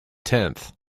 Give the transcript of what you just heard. tenth